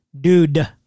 Dude